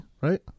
right